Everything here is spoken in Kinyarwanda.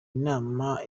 inama